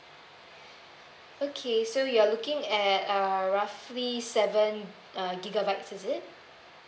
okay so you're looking at uh roughly seven uh gigabytes is it